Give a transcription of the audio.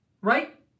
Right